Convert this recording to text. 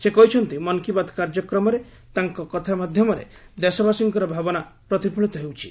ସେ କହିଛନ୍ତି ମନ୍ କୀ ବାତ୍ କାର୍ଯ୍ୟକ୍ରମରେ ତାଙ୍କ କଥା ମାଧ୍ଧମରେ ଦେଶବାସୀଙ୍କର ଭାବନା ପ୍ରତିଫଳିତ ହେଉଛି